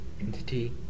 Entity